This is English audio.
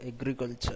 agriculture